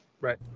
Right